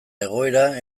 egoera